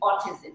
autism